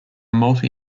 multi